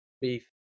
beef